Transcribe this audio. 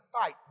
fight